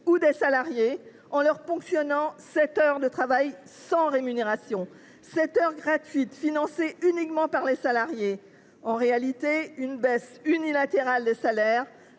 ou des salariés en leur ponctionnant sept heures de travail sans rémunération, sept heures gratuites financées uniquement par les salariés. Il s’agit en réalité d’une baisse unilatérale des salaires,